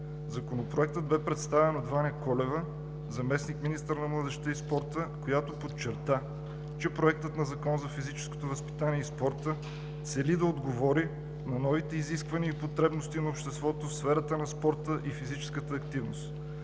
Законопроектът бе представен от Ваня Колева – заместник-министър на младежта и спорта, която подчерта, че Проектът на закона за физическото възпитание и спорта цели да отговори на новите изисквания и потребности на обществото в сферата на спорта и физическата активност.